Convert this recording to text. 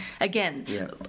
Again